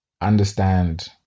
Understand